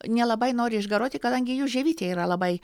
nelabai nori išgaruoti kadangi jų žievytė yra labai